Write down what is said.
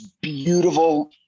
beautiful